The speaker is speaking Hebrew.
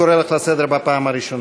אני קורא אותך לסדר בפעם הראשונה.